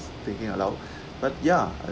thinking aloud but ya I